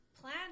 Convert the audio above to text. plan